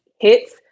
hits